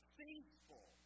faithful